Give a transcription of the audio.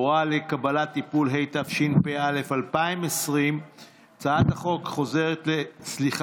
(הוראה לקבלת טיפול), התשפ"א 2020. נלך